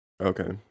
Okay